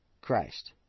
Christ